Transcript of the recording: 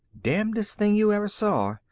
damnest thing you ever saw.